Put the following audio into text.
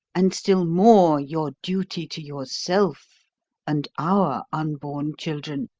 and still more your duty to yourself and our unborn children,